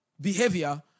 behavior